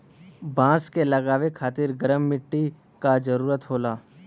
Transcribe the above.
बांस क लगावे खातिर गरम मट्टी क जरूरत होला